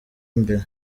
imbere